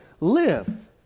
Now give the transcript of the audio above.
live